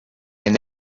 enne